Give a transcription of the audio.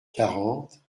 quarante